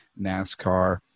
NASCAR